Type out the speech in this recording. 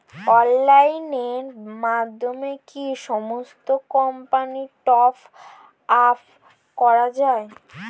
অনলাইনের মাধ্যমে কি সমস্ত কোম্পানির টপ আপ করা যায়?